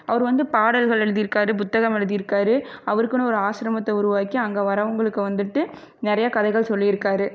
அவர் வந்து பாடல்கள் எழுதியிருக்காரு புத்தகம் எழுதியிருக்காரு அவருக்குன்னு ஒரு ஆஸ்ரமத்தை உருவாக்கி அங்கே வரவங்களுக்கு வந்துட்டு நிறையா கதைகள் சொல்லியிருக்காரு